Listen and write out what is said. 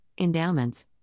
endowments